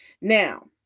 Now